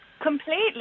completely